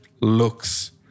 looks